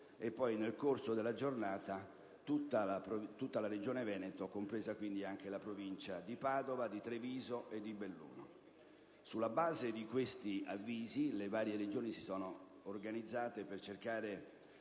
e poi nel corso della giornata tutta la regione Veneto, comprese quindi anche le province di Padova, di Treviso e di Belluno. Sulla base di questi avvisi, le varie Regioni si sono organizzate per cercare